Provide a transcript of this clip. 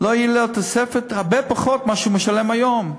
לא תהיה לו תוספת, הרבה פחות ממה שהוא משלם היום.